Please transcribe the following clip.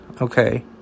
okay